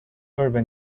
urban